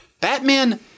Batman